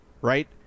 right